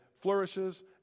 flourishes